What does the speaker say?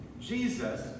jesus